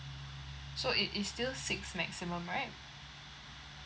so it is still six maximum right